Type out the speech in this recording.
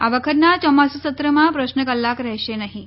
આ વખતના ચોમાસુ સત્રમાં પ્રશ્ન કલાક રહેશે નહિં